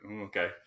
okay